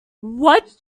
what